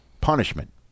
punishment